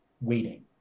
waiting